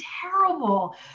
terrible